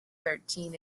thirteen